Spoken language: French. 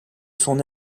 son